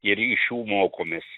ir iš jų mokomės